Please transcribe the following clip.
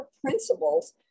principles